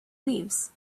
leaves